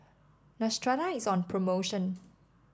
Neostrata is on promotion